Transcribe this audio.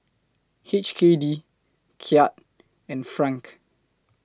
H K D Kyat and Franc